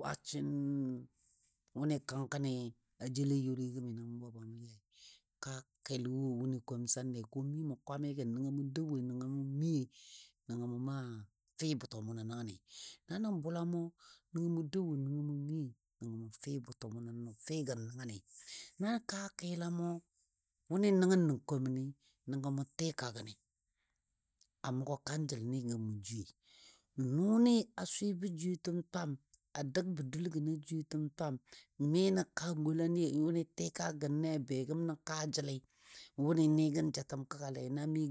Wasin wʊnɨ kənkoni a jel a youligɔ gəm nəngɔ mou wo ba mou yai, kaa kel wo wʊnɨ komsale ko mi mou kwamigən nəngɔ mou dou wo nəngɔ mou miyoi nəngɔ mou maa fɨ bʊtɔ mʊnɔ nəngani, na nən bulamo nəngɔ mou dou wo nəngɔ mou miyo nəngɔ mou fɨ butɔ mʊnɔ nəngani, na kaa kilamo wʊnɨ nəngnə koməni nəngɔ mou tika gəni, a mʊgɔ kanjəlni gəm mou jwiye. Nʊni a swɨbo jwiyetəm twam a dəgbo dul gəno a jwiyetəm twam, mi nən kaa gɔlani wʊnɨ tika gəne begəm nə kaa jəlɨ wʊnɨ nɨgən jatəm kəngale